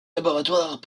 laboratoires